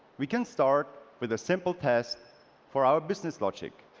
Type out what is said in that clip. we can start with a simple test for our business logic.